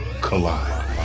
collide